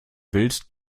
willst